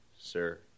sir